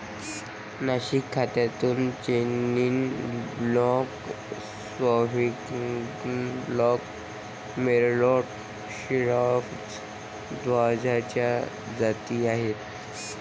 नाशिक खोऱ्यात chenin blanc, sauvignon blanc, merlot, shiraz द्राक्षाच्या जाती आहेत